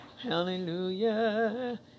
hallelujah